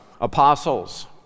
apostles